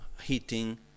heating